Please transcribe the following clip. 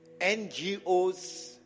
NGOs